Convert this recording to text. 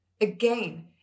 Again